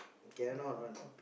cannot one